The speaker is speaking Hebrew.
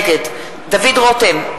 נגד דוד רותם,